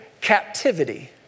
captivity